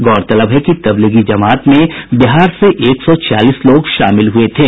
गौरतलब है कि तबलीगी जमात में बिहार से एक सौ छियालीस लोग शामिल हुये थे